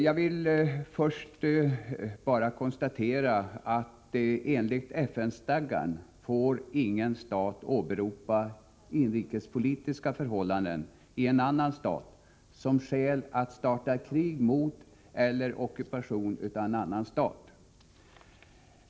Jag vill först bara konstatera följande: Enligt FN-stadgan får ingen stat åberopa inrikespolitiska förhållanden i en annan stat som skäl för att starta krig mot eller ockupation av en annan stat.